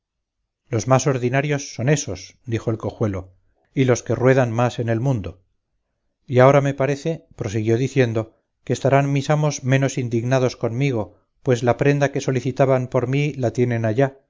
los más ordinarios son ésos dijo el cojuelo y los que ruedan más en el mundo y ahora me parece prosiguió diciendo que estarán mis amos menos indignados conmigo pues la prenda que solicitaban por mí la tienen allá